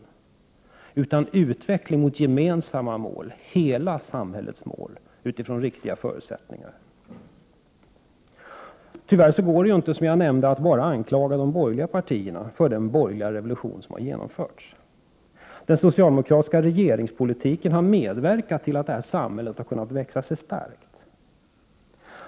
I stället behövs det en utveckling mot gemensamma mål, hela samhällets mål, utifrån riktiga förutsättningar. Tyvärr går det inte, som jag nämnde, att anklaga bara de borgerliga partierna för den borgerliga revolution som har genomförts. Den socialdemokratiska regeringspolitiken har medverkat till att detta samhälle har kunnat växa sig starkt.